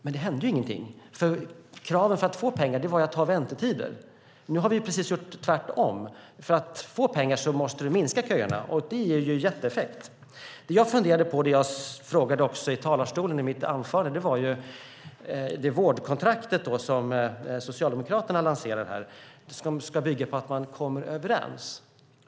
Men det hände ingenting, för kravet för att få pengar var att man hade väntetider. Nu har vi gjort precis tvärtom. För att få pengar måste du minska köerna, och det ger en jätteeffekt. Det jag funderar på och som jag också frågade om i mitt anförande i talarstolen gäller det vårdkontrakt som Socialdemokraterna lanserar här. Det ska bygga på att man kommer överens.